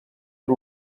per